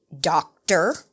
doctor